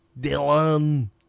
Dylan